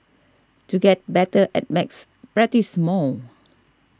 to get better at maths practise more